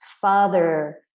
father